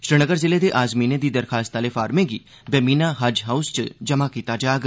श्रीनगर जिले दे आजमीनें दी दरखास्त आले फार्में गी बेमीना हज हाउस इच जमा कीता जाग